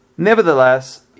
Nevertheless